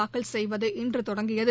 தாக்கல் செய்வது இன்று தொடங்கியது